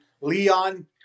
Leon